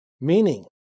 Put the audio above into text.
meaning